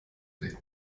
reden